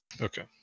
Okay